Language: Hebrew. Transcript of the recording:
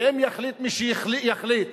ואם יחליט מי שיחליט